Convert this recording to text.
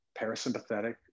parasympathetic